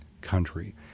country